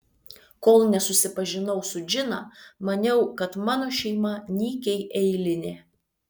kol nesusipažinau su džina maniau kad mano šeima nykiai eilinė